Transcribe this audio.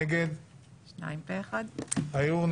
הצבעה הערעור של חבר הכנסת שמחה רוטמן לא התקבל.